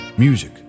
Music